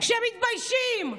שמתביישים.